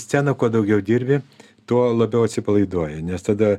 sceną kuo daugiau dirbi tuo labiau atsipalaiduoji nes tada